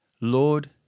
Lord